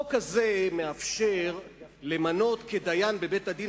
החוק הזה מאפשר למנות לדיין בבית-הדין